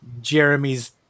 Jeremy's